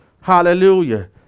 Hallelujah